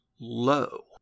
low